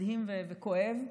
מדהים וכואב.